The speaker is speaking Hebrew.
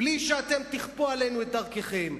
בלי שאתם תכפו עלינו את דרככם.